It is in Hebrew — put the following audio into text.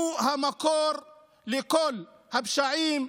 הוא המקור לכל הפשעים,